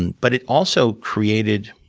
and but it also created